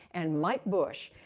and mike bush,